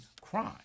crime